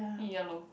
ya loh